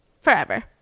forever